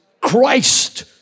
Christ